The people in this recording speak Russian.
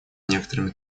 некоторыми